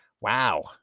Wow